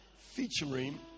featuring